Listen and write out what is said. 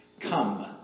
Come